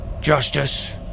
justice